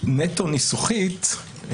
נטו ניסוחית,